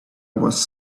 was